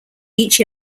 each